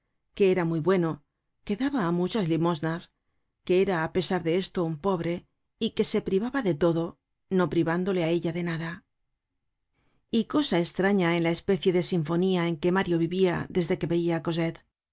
que era muy bueno que daba muchas limosnas que era á pesar de esto un pobre y que se privaba de todo no privándole á ella de nada y cosa estraña en la especie de sinfonía en que mario vivia desde que veia á